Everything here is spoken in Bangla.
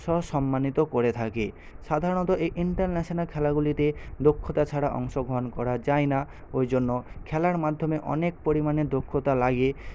সসন্মানিত করে থাকে সাধারণত এই ইন্টারন্যাশানাল খেলাগুলিতে দক্ষতা ছাড়া অংশগ্রহণ করা যায় না ওইজন্য খেলার মাধ্যমে অনেক পরিমাণে দক্ষতা লাগে